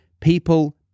people